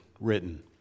written